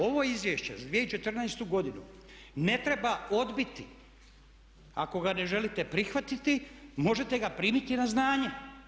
Ovo izvješće za 2014.-godinu ne treba odbiti ako ga ne želite prihvatiti, možete ga primiti na znanje.